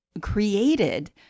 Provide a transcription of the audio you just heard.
created